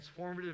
transformative